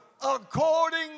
according